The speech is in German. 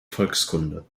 volkskunde